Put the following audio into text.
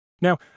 Now